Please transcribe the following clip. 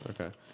Okay